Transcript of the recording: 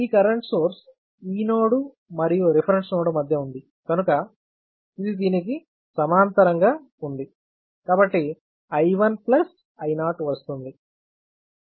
ఈ current source ఈ node మరియు రిఫరెన్స్ నోడ్ మధ్య ఉంది కనుక ఇది దీనికి సమాంతరంగా ఉంది కాబట్టి I1 I0 వస్తుంది